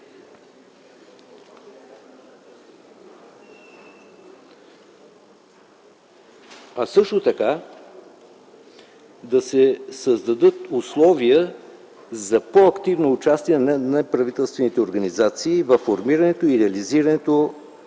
а също така да се създадат условия за по-активно участие на неправителствените организации във формирането и реализирането